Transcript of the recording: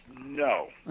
No